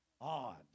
odd